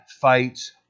fights